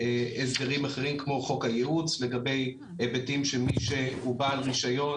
הסדרים אחרים כמו חוק הייעוץ לגבי היבטים של מי שהוא בעל רישיון,